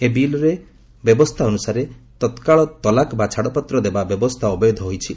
ଏହି ବିଲ୍ର ବ୍ୟବସ୍ଥା ଅନୁସାରେ ତତ୍କାଳ ତଲାକ୍ ବା ଛାଡ଼ପତ୍ର ଦେବା ବ୍ୟବସ୍ଥା ଅବୈଧ ହୋଇଛି